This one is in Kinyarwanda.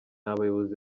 abayobozi